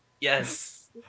yes